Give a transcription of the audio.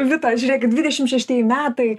vita žiūrėkit dvidešim šeštieji metai